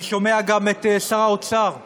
אני שומע גם את שר האוצר מדבר,